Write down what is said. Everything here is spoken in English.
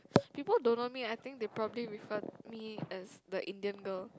people don't know me I think they probably refer me as the Indian girl